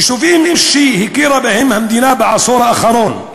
יישובים שהמדינה הכירה בהם בעשור האחרון,